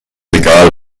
egal